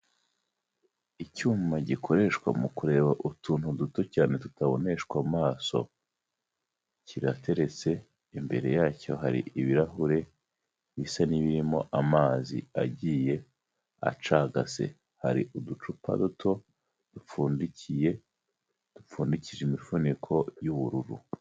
Icyuma gikoreshwa mu kureba utuntu duto cyane tutaboneshwa amaso, kirateretse, imbere yacyo hari ibirahure bisa n'ibirimo amazi agiye acagase, hari uducupa duto dupfundikiye, dupfundikije imifuniko y'ubururu.